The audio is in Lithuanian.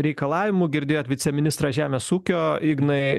reikalavimų girdėjot viceministrą žemės ūkio ignai